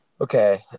Okay